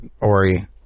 ORI